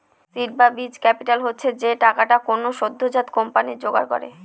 seed বা বীজ capital হচ্ছে যে টাকাটা কোনো সদ্যোজাত কোম্পানি জোগাড় করে